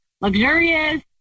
luxurious